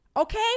Okay